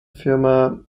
firma